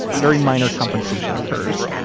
a very minor confrontation occurs.